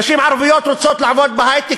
נשים ערביות רוצות לעבוד בהיי-טק.